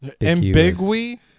ambiguity